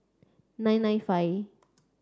nine nine five